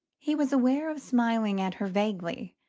he was aware of smiling at her vaguely,